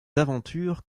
aventures